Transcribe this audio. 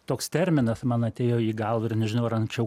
toks terminas man atėjo į galvą ir nežinau ar anksčiau